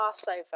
Passover